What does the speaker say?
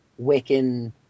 Wiccan